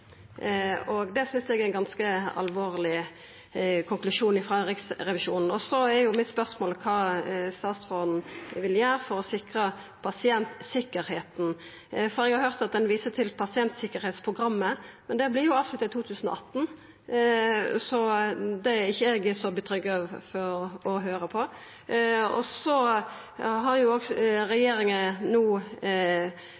Det synest eg er ein ganske alvorleg konklusjon frå Riksrevisjonen, og mitt spørsmål er kva statsråden vil gjera for å sikra pasientsikkerheita. Eg har høyrt at ein viser til pasientsikkerheitsprogrammet, men det vart jo avslutta i 2018, så det er eg ikkje så roa over å høyra. Så har regjeringa no levert ein proposisjon om å avvikla meldeordninga som er på